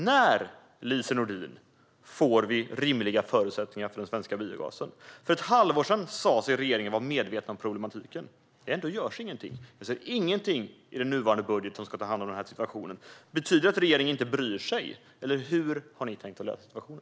När, Lise Nordin, får vi rimliga förutsättningar för den svenska biogasen? För ett halvår sedan sa sig regeringen vara medveten om problematiken. Ändå görs ingenting. Det finns ingenting i den här budgeten som kan åtgärda situationen. Betyder det att regeringen inte bryr sig, eller hur har ni tänkt lösa situationen?